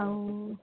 ଆଉ